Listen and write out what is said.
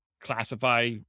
classify